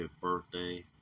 birthday